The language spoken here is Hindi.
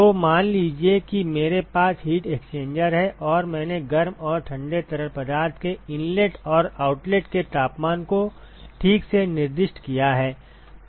तो मान लीजिए कि मेरे पास हीट एक्सचेंजर है और मैंने गर्म और ठंडे तरल पदार्थ के इनलेट और आउटलेट के तापमान को ठीक से निर्दिष्ट किया है